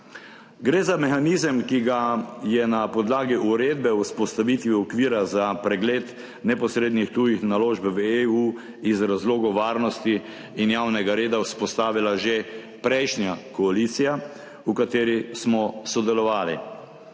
Gre za mehanizem, ki ga je na podlagi Uredbe o vzpostavitvi okvira za pregled neposrednih tujih naložb v EU iz razlogov varnosti in javnega reda vzpostavila že prejšnja koalicija, v kateri smo sodelovali.